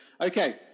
Okay